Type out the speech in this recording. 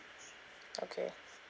okay